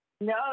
no